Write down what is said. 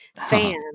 fan